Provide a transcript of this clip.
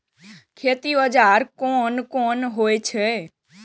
खेती औजार कोन कोन होई छै?